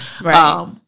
Right